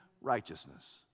righteousness